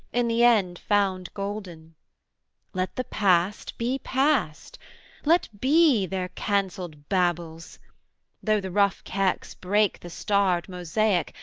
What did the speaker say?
in the end found golden let the past be past let be their cancelled babels though the rough kex break the starred mosaic,